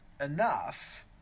enough